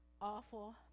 awful